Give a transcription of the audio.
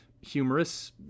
humorous